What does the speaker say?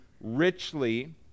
Richly